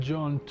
John